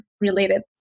related